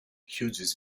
hughes